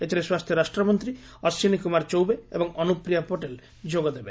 ଏଥିରେ ସ୍ୱାସ୍ଥ୍ୟ ରାଷ୍ଟ୍ରମନ୍ତ୍ରୀ ଅଶ୍ୱିନୀ କୁମାର ଚୌବେ ଏବଂ ଅନୁପ୍ରିୟା ପଟେଲ୍ ଯୋଗ ଦେବେ